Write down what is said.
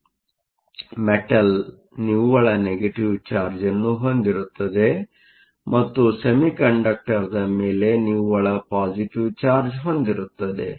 ಆದ್ದರಿಂದ ಮೆಟಲ್Metal ನಿವ್ವಳ negative charge ಅನ್ನು ಹೊಂದಿರುತ್ತದೆ ಮತ್ತು ಸೆಮಿಕಂಡಕ್ಟರ್Semiconductorದ ಮೇಲೆ ನಿವ್ವಳ ಪಾಸಿಟಿವ್ ಚಾರ್ಜ್Positive charge ಹೊಂದಿರುತ್ತದೆ